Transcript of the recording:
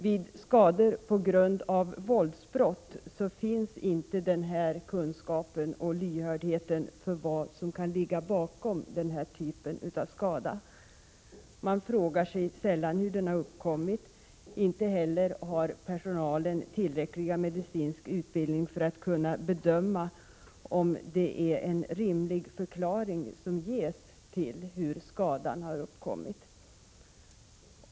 Vid skador på grund av våldsbrott finns inte den här kunskapen och lyhördheten för vad som kan ligga bakom just skadan. Man frågar sig sällan hur den uppkommit. Inte heller har personalen tillräcklig medicinsk utbildning för att kunna bedöma om det är en rimlig förklaring som ges till hur skadan uppkommit.